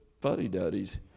fuddy-duddies